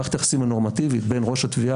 מערכת היחסים הנורמטיבית בין ראש התביעה